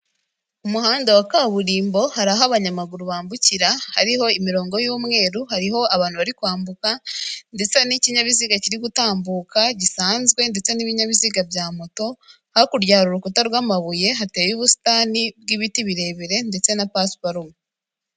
Umuhanda wa kaburimbo hari aho abanyamaguru bambukira hariho imirongo y'umweru hariho abantu bari kwambuka ndetse n'ikinyabiziga kiri gutambuka gisanzwe ndetse n'ibinyabiziga bya moto hakurya hari urukuta rw'amabuye hateye ubusitani bw'ibiti birebire ndetse na pasiparumu.